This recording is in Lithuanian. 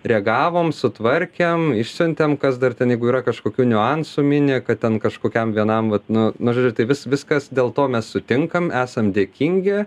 reagavom sutvarkėm išsiuntėm kas dar ten jeigu yra kažkokių niuansų mini kad ten kažkokiam vienam vat nu nu žodžiu tai vis viskas dėl to mes sutinkam esam dėkingi